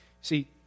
See